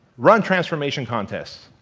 run transformation contests.